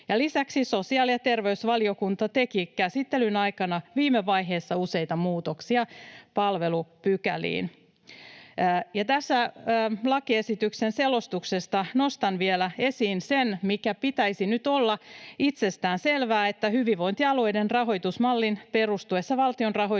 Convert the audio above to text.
Lisäksi sosiaali- ja terveysvaliokunta teki käsittelyn aikana viime vaiheessa useita muutoksia palvelupykäliin. Tästä lakiesityksen selostuksesta nostan vielä esiin sen, minkä pitäisi nyt olla itsestäänselvää, että hyvinvointialueiden rahoitusmallin perustuessa valtion rahoitukseen